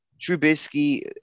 Trubisky